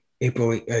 April